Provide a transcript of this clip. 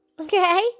Okay